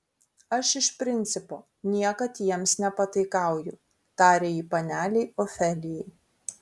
aš iš principo niekad jiems nepataikauju tarė ji panelei ofelijai